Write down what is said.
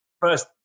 first